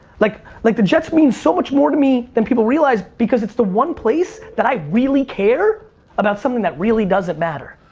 like like the jets mean so much more to me than people realize, because it's the one place that i really care about something that really doesn't matter.